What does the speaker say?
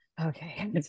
okay